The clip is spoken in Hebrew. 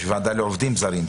יש ועדה לעובדים זרים.